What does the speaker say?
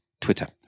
Twitter